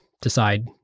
decide